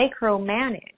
micromanage